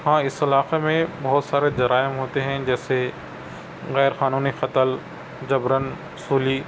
ہاں اس علاقے میں بہت سارے جرائم ہوتے ہیں جیسے غیرقانونی قتل جبراً وصولی